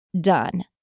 done